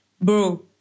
bro